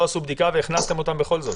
לא עשו בדיקה והכנסתם אותם בכל זאת?